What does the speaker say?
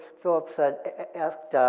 philip said asked